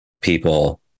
people